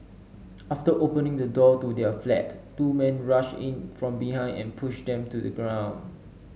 after opening the door to their flat two men rushed in from behind and pushed them to the ground